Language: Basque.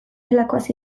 delakoaz